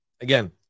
again